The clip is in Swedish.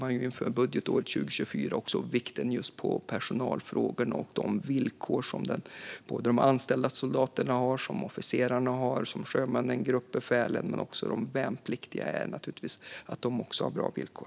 Inför budgetåret 2024 pekar man på de viktiga personalfrågorna och de villkor som de anställda soldaterna, officerarna, sjömännen, och gruppbefälen har, och de värnpliktiga ska naturligtvis också ha bra villkor.